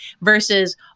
versus